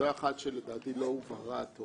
שלדעתי לא הובהרה.